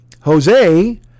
Jose